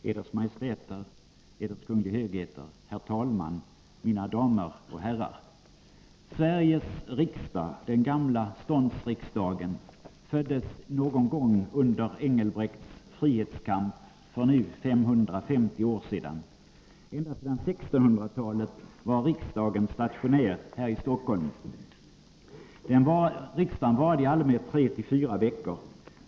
Eders Majestäter, Eders Kungliga Högheter, herr talman, mina damer och herrar! Sveriges riksdag — den gamla ståndsriksdagen — föddes någon gång under Engelbrekts frihetskamp för nu 550 år sedan. Ända sedan 1600-talet var riksdagen stationerad i Stockholm. Riksdagen varade i allmänhet tre till fyra veckor.